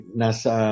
nasa